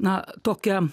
na tokia